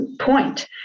point